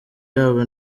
yabo